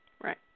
Right